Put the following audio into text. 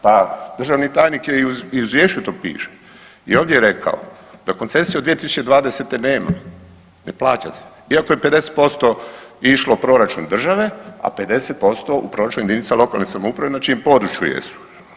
Pa državni tajnik je i u Izvješću to piše i ovdje je rekao da koncesije u 2020. nema, ne plaća se, iako je 50% išlo proračun države, a 50% u proračun jedinice lokalne samouprave na čijem području jesu.